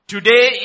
Today